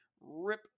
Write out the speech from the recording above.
RIP